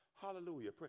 Hallelujah